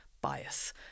bias